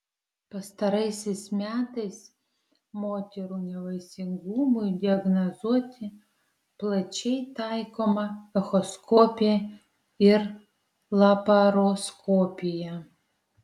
pastaraisiais metais moterų nevaisingumui diagnozuoti plačiai taikoma echoskopija ir laparoskopija